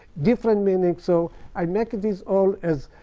different meanings. so i make this all as,